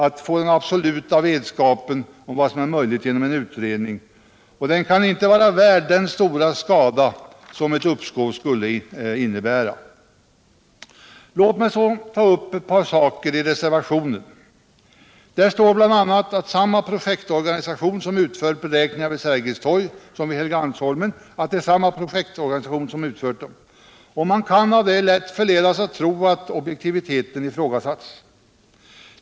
Att få den absoluta vetskapen om vad som är möjligt genom en utredning kan inte vara värt den stora skada som ett uppskov åstadkommer. Låt mig så något ta upp ett par saker i reservationen. Där står bl.a. att det är samma projektorganisation som utfört beräkningarna vid Sergels torg och vid Helgeandsholmen, och man kan lätt förledas att tro att objektiviteten ifrågasatts.